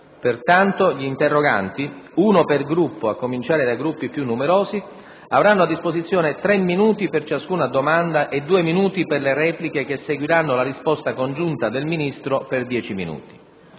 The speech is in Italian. Pertanto, gli interroganti - uno per Gruppo a cominciare dai Gruppi più numerosi - avranno a disposizione 3 minuti per ciascuna domanda e 2 minuti per le repliche che seguiranno la risposta congiunta del Ministro, per 10 minuti.